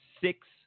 six